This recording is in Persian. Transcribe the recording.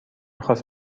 خواست